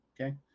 Okay